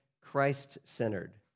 Christ-centered